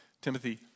Timothy